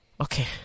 okay